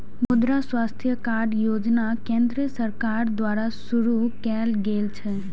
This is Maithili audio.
मुद्रा स्वास्थ्य कार्ड योजना केंद्र सरकार द्वारा शुरू कैल गेल छै